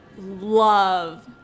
love